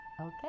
okay